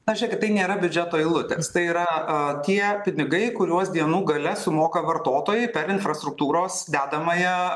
na žiūrėkit tai nėra biudžeto eilutės tai yra tie pinigai kuriuos dienų gale sumoka vartotojai per infrastruktūros dedamąją